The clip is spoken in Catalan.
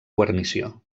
guarnició